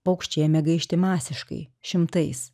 paukščiai ėmė gaišti masiškai šimtais